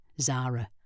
Zara